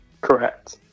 Correct